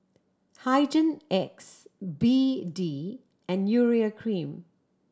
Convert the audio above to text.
Hygin X B D and Urea Cream